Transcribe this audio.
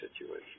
situation